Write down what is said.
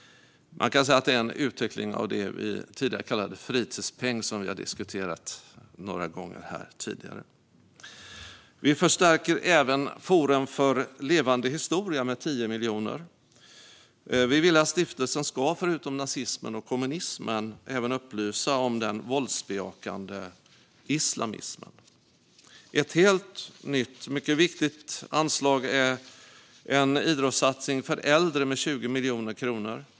Man kan säga att det är en utveckling av det vi tidigare kallade fritidspeng, som har diskuterats här några gånger tidigare. Vi förstärker även Forum för levande historia med 10 miljoner. Vi vill att stiftelsen förutom att upplysa om nazismen och kommunismen även ska upplysa om den våldsbejakande islamismen. Ett helt nytt och mycket viktigt anslag är en idrottssatsning för äldre med 20 miljoner kronor.